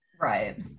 Right